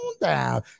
Down